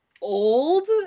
old